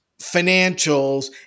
financials